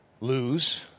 lose